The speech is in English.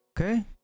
okay